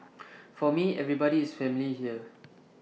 for me everybody is family here